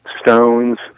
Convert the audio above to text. Stone's